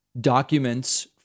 documents